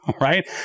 right